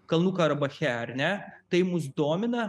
kalnų karabache ar ne tai mus domina